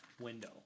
window